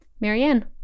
Marianne